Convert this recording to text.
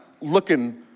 looking